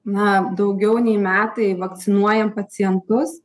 na daugiau nei metai vakcinuojam pacientus